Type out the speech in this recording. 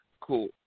cool